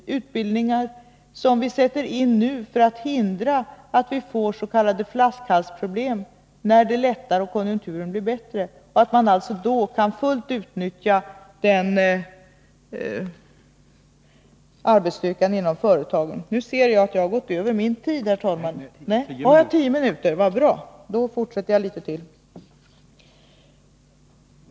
Detta är utbildningar som vi sätter in nu för att hindra s.k. flaskhalsproblem, när situationen ljusnar och konjunkturen blir bättre, och för att då göra det möjligt att fullt utnyttja arbetsstyrkan inom resp. företag.